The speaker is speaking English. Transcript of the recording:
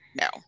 no